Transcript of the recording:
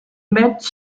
mets